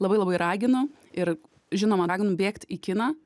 labai labai raginu ir žinoma raginu bėgt į kiną